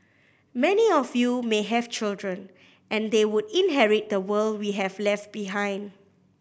many of you may have children and they would inherit the world we have left behind